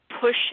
push